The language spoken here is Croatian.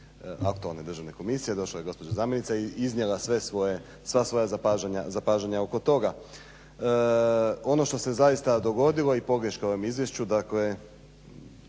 aktualne državne komisije. Došla je gospođa zamjenica i iznijela sva svoja zapažanja oko toga. Ono što se zaista dogodilo i pogreška u ovom izvješću dakle